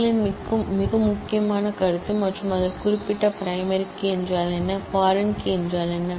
key களின் மிக முக்கியமான கருத்து மற்றும் அதில் குறிப்பாக பிரைமரி கீ என்றால் என்ன பாரின் கீ என்றால் என்ன